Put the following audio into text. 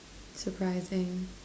surprising